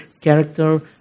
character